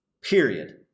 Period